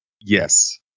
Yes